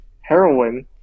heroin